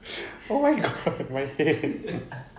oh my god my head